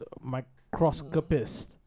microscopist